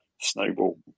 snowball